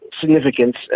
significance